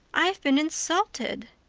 i've been insulted.